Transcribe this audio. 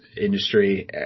industry